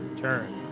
turn